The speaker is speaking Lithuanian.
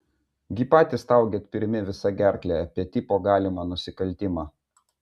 gi patys staugėt pirmi visa gerkle apie tipo galimą nusikaltimą